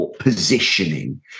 positioning